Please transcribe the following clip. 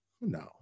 No